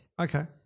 Okay